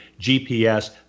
GPS